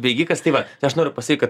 bėgikas tai va tai aš noriu pasy kad